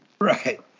Right